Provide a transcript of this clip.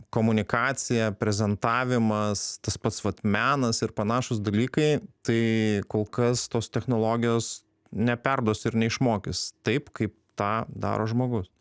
komunikacija prezentavimas tas pats vat menas ir panašūs dalykai tai kol kas tos technologijos neperduos ir neišmokys taip kaip tą daro žmogus